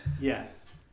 Yes